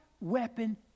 weapon